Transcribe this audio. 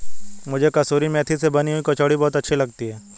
मुझे कसूरी मेथी से बनी हुई कचौड़ी बहुत अच्छी लगती है